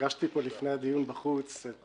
פגשתי פה לפני הדיון בחוץ את